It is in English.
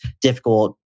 difficult